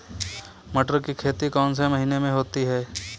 मटर की खेती कौन से महीने में होती है?